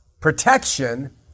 protection